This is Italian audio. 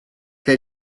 che